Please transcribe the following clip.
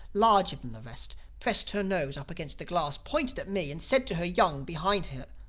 larger than the rest, pressed her nose up against the glass, pointed at me and said to her young behind her,